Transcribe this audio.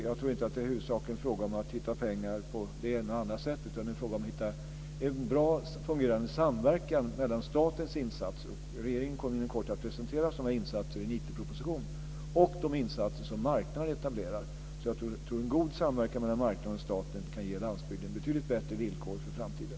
Jag tror inte att det huvudsakligen är fråga om att hitta pengar på det ena eller det andra sättet, utan det är fråga om att hitta en bra, fungerande samverkan mellan statens insatser - regeringen kommer inom kort att presentera sådana insatser i en IT proposition - och de insatser som marknaden etablerar. Jag tror alltså att en god samverkan mellan marknaden och staten kan ge landsbygden betydligt bättre villkor för framtiden.